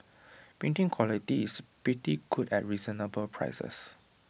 printing quality is pretty good at reasonable prices